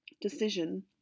decision